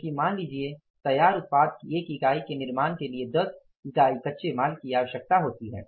क्योंकि मान लीजिये तैयार उत्पाद की 1 इकाई के निर्माण के लिए 10 यूनिट कच्चे माल की आवश्यकता होती है